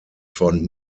von